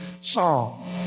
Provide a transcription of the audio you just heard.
song